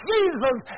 Jesus